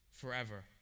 forever